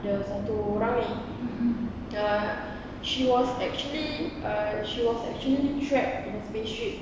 yang satu orang ni uh she was actually uh she was actually trapped in a spaceship